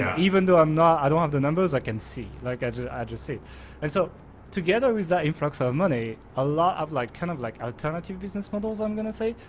and even though i'm not i don't want the numbers i can see, like i just i just see and so together with that influx of money, a lot of like, kind of like alternative business models, i'm going to say,